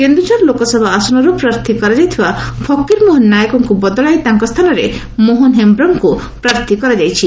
କେନ୍ଦୁଝର ଲୋକସଭା ଆସନରୁ ପ୍ରାର୍ଥିୀ କରାଯାଇଥିବା ଫକୀର ମୋହନ ନାୟକଙ୍କୁ ବଦଳାଇ ତାଙ୍କ ସ୍ଚାନରେ ମୋହନ ହେମ୍ରମ୍ଙ୍କୁ ପ୍ରାର୍ଥୀ କରାଯାଇଛି